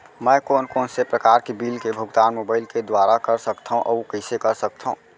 मैं कोन कोन से प्रकार के बिल के भुगतान मोबाईल के दुवारा कर सकथव अऊ कइसे कर सकथव?